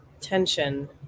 tension